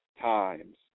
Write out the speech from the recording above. times